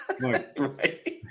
right